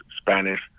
Spanish